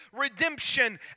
redemption